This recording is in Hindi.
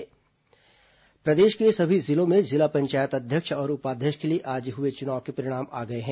जिला पंचायत चुनाव प्रदेश के सभी जिलों में जिला पंचायत अध्यक्ष और उपाध्यक्ष के लिए आज हुए चुनाव के परिणाम आ गए हैं